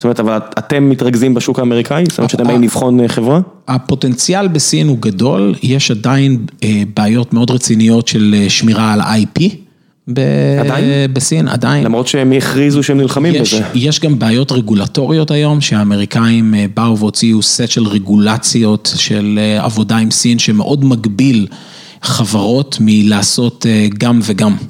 זאת אומרת, אבל אתם מתרכזים בשוק האמריקאי? זאת אומרת, שאתם באים לבחון חברה? הפוטנציאל בסין הוא גדול, יש עדיין בעיות מאוד רציניות של שמירה על איי-פי בסין, עדיין? עדיין. למרות שהם הכריזו שהם נלחמים בזה. יש יש גם בעיות רגולטוריות היום, שהאמריקאים באו והוציאו סט של רגולציות של עבודה עם סין, שמאוד מגביל חברות מלעשות גם וגם.